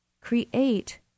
create